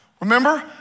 remember